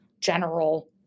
general